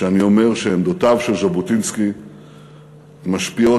כשאני אומר שעמדותיו של ז'בוטינסקי משפיעות